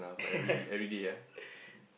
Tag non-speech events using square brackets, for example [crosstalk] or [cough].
[laughs]